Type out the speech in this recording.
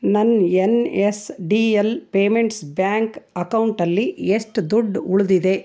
ನನ್ನ N S D L payments bank ಅಕೌಂಟಲ್ಲಿ ಎಷ್ಟು ದುಡ್ಡು ಉಳಿದಿದೆ